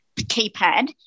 keypad